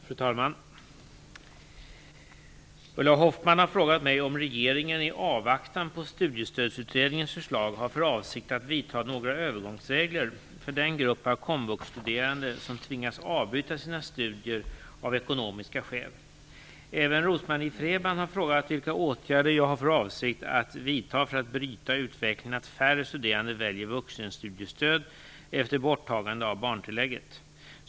Fru talman! Ulla Hoffmann har frågat mig om regeringen, i avvaktan på Studiestödsutredningens förslag, har för avsikt att vidta några övergångsåtgärder för den grupp Komvuxstuderande som tvingats avbryta sina studier av ekonomiska skäl. Rose-Marie Frebran har frågat vilka åtgärder jag har för avsikt att vidta för att bryta utvecklingen att färre studerande väljer vuxenstudiestöd efter borttagandet av barntillägget.